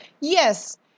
Yes